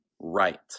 right